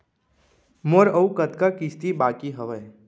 मोर अऊ कतका किसती बाकी हवय?